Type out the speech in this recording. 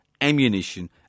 ammunition